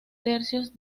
tercios